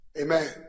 Amen